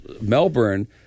Melbourne